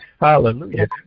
Hallelujah